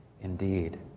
indeed